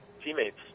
teammates